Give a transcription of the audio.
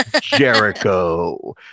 jericho